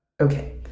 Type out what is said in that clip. Okay